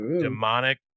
demonic